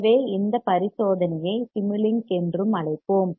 எனவே இந்த பரிசோதனையை சிமுலிங்க் என்றும் அழைப்போம்